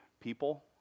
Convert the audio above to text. people